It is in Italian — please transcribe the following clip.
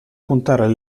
contare